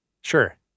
Sure